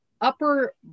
upper